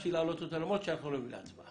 שהתעקשתי להעלות אותה למרות שזה לא עולה להצבעה.